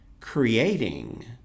creating